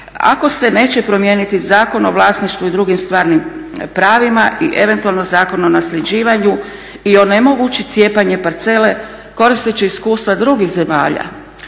ako se neće promijeniti Zakon o vlasništvu i drugim stvarnim pravima i eventualno Zakon o nasljeđivanju i onemogućiti cijepanje parcele koristeći iskustva drugih zemalja.